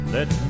Let